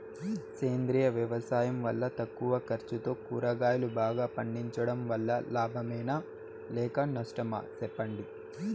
సేంద్రియ వ్యవసాయం వల్ల తక్కువ ఖర్చుతో కూరగాయలు బాగా పండించడం వల్ల లాభమేనా లేక నష్టమా సెప్పండి